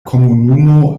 komunumo